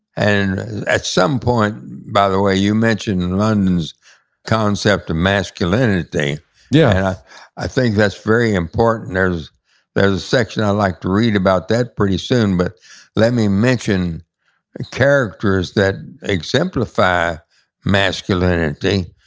and at some point, by the way, you mentioned london's concept of masculinity yeah i think that's very important. and there's there's a section i'd like to read about that pretty soon, but let me mention characters that exemplify masculinity.